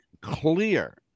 clear